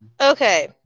Okay